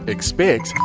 Expect